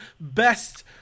best